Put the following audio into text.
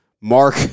Mark